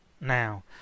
Now